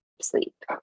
sleep